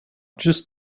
just